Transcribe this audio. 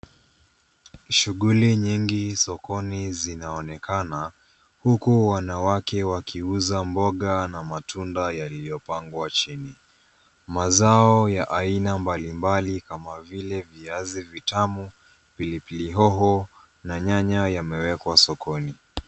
Shuguli nyingi sokoni zinaonekana huku wanawake wakiuza mboga na matunda yaliyopangwa chini, mazao ya aina mbalimbali kama vile viazi vitamu, pilipili hoho na nyanya yamewekwa sokoni.